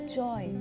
joy